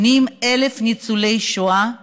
80,000 ניצולי שואה,